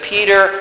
Peter